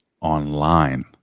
online